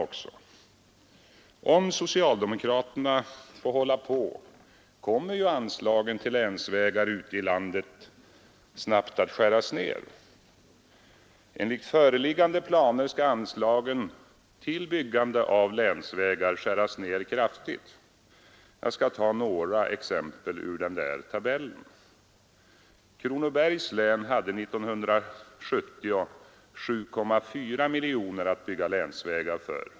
Om socialdemokraterna får hålla på kommer ju anslagen till länsvägar ute i landet snabbt att skäras ner. Enligt föreliggande planer skall anslagen till byggande av länsvägar skäras ned bl.a. på följande sätt. Kronobergs län hade 1970 7,4 miljoner att bygga länsvägar för.